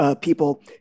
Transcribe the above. people